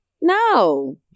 No